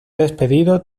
despedido